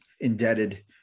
indebted